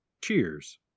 Cheers